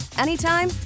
anytime